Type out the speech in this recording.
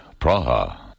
Praha